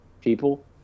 people